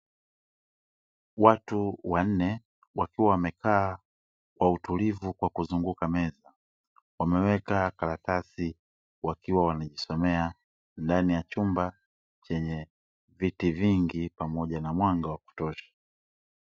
Watu wanne wakiwa wamekaa kwa utulivu kwa kuzunguka meza, wameweka karatasi wakiwa wanajisomea ndani ya chumba chenye viti vingi pamoja na mwanga wa kutosha.